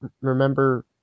remember